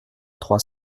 trois